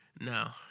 no